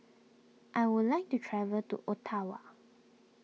I would like to travel to Ottawa